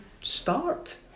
start